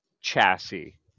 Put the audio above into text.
chassis